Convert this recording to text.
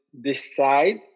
decide